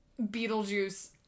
Beetlejuice